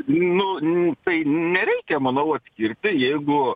nu tai nereikia manau atskirti jeigu